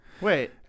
wait